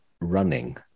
running